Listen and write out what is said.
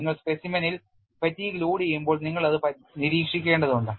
നിങ്ങൾ specimen ൽ fatigue ലോഡുചെയ്യുമ്പോൾ നിങ്ങൾ അത് നിരീക്ഷിക്കേണ്ടതുണ്ട്